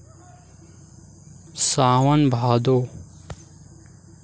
सावन भादो